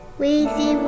Weezy